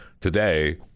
today